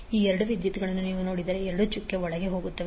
ಈ ಎರಡು ವಿದ್ಯುತ್ಗಳನ್ನು ನೀವು ನೋಡಿದರೆ ಎರಡೂ ಚುಕ್ಕೆ ಒಳಗೆ ಹೋಗುತ್ತವೆ